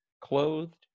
clothed